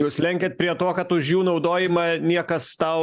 jūs lenkiat prie to kad už jų naudojimą niekas tau